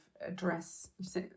address